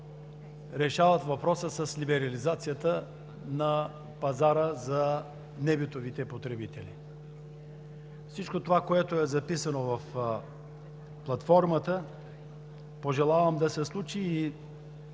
решават въпроса с либерализацията на пазара за небитовите потребители. Всичко това, което е записано в платформата, пожелавам да се случи и